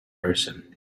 person